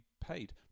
paid